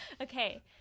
Okay